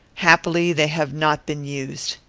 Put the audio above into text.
happily they have not been used.